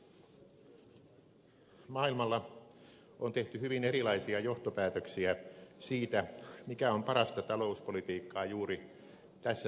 maailmalla on tehty hyvin erilaisia johtopäätöksiä siitä mikä on parasta talouspolitiikkaa juuri tässä tilanteessa